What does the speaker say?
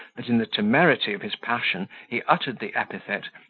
that, in the temerity of his passion, he uttered the epithet,